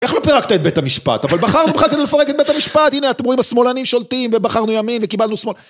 איך לא פירקת את בית המשפט? אבל בחרנו בך כדי לפרק את בית המשפט. הנה אתם רואים, השמאלנים שולטים ובחרנו ימין וקיבלנו שמאל.